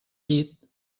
llit